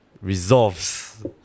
Resolves